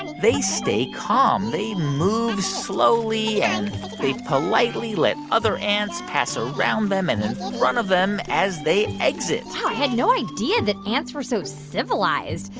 and they stay calm. they move slowly. and they politely let other ants pass around them and in front of them as they exit wow. i had no idea that ants were so civilized.